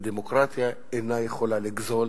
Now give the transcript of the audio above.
ודמוקרטיה אינה יכולה לגזול